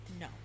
no